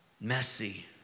Messy